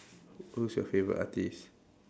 who's your favorite artiste